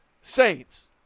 Saints